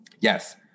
Yes